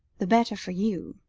the better for you.